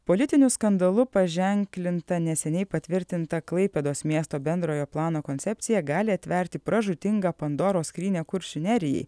politiniu skandalu paženklinta neseniai patvirtinta klaipėdos miesto bendrojo plano koncepcija gali atverti pražūtingą pandoros skrynią kuršių nerijai